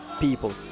people